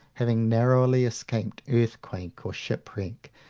having narrowly escaped earthquake or shipwreck,